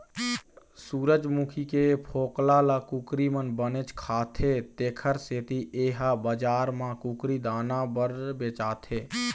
सूरजमूखी के फोकला ल कुकरी मन बनेच खाथे तेखर सेती ए ह बजार म कुकरी दाना बर बेचाथे